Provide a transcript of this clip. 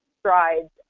strides